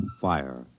fire